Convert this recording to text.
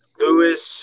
Lewis